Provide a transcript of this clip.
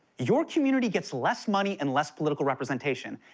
your community gets less money and less political representation.